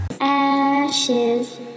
Ashes